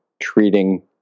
treating